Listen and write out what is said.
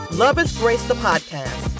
loveisgracethepodcast